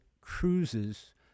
cruises